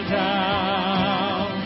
down